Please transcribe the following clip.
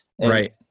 right